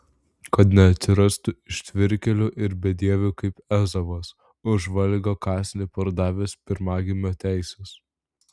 kad neatsirastų ištvirkėlių ir bedievių kaip ezavas už valgio kąsnį pardavęs pirmagimio teises